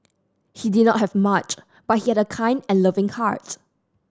he did not have much but he had a kind and loving heart